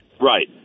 Right